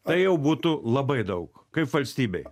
tai jau būtų labai daug kaip valstybei